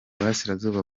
burasirazuba